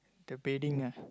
the bedding ah